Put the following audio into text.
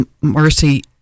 mercy